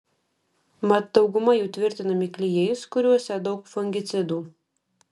mat dauguma jų tvirtinami klijais kuriuose daug fungicidų